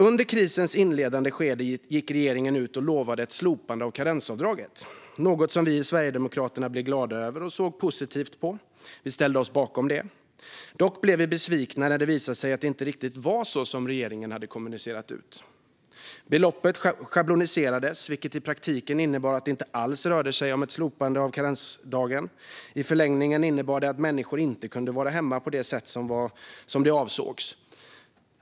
Under krisens inledande skede gick regeringen ut och lovade ett slopande av karensavdraget, något som vi i Sverigedemokraterna blev glada över, såg positivt på och ställde oss bakom. Dock blev vi besvikna när det visade sig att det inte riktigt var så som regeringen hade kommunicerat ut. Beloppet schabloniserades, vilket i praktiken innebar att det inte alls rörde sig om ett slopande av karensdagen. I förlängningen innebar det att människor inte kunde vara hemma på det sätt som avsågs.